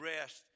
rest